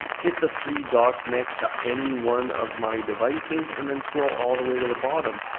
hit the three dots next to any one of my devices, and then scroll all the way to the bottom.